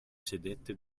sedette